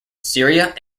syria